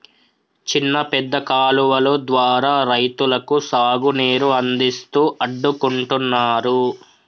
చిన్న పెద్ద కాలువలు ద్వారా రైతులకు సాగు నీరు అందిస్తూ అడ్డుకుంటున్నారు